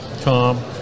Tom